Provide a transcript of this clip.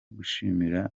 gushimira